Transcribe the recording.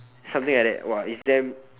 something like that it's damn